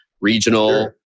regional